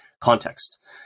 context